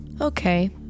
Okay